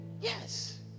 Yes